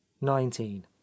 nineteen